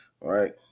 right